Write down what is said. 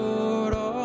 Lord